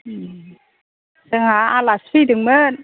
जोंहा आलासि फैदोंमोन